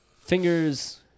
fingers